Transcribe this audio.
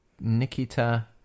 Nikita